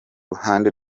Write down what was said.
ruhande